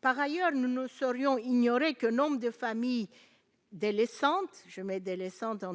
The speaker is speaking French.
par ailleurs, nous ne saurions ignorer que nombre de familles des laissant et je mets délaissant dans